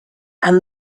and